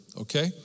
okay